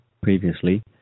previously